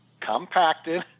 compacted